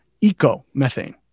eco-methane